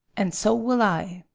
and so will i.